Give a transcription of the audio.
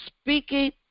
speaking